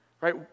right